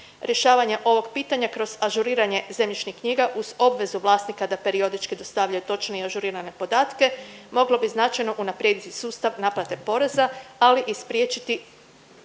Rješavanje ovog pitanja kroz ažuriranje zemljišnih knjiga uz obvezu vlasnika da periodički dostavljaju točne i ažuriranje podatke, moglo bi značajno unaprijediti sustav naplate poreza ali i spriječiti